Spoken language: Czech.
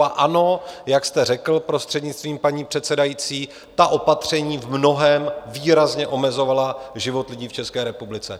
A ano, jak jste řekl, prostřednictvím paní předsedající, ta opatření v mnohém výrazně omezovala život lidí v České republice.